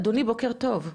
בוקר טוב,